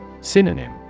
Synonym